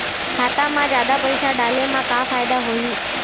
खाता मा जादा पईसा डाले मा का फ़ायदा होही?